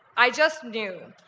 i just knew.